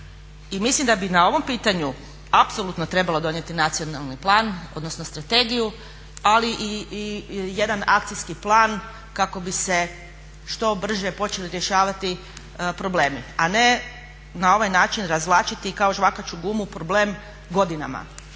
mislim da bi na ovom pitanju apsolutno trebalo donijeti nacionalni plan odnosno strategiju, ali i jedan akcijski plan kako bi se što brže počeli rješavati problemi, a ne na ovaj način razvlačiti kao žvakaću gumu problem godinama